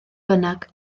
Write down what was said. bynnag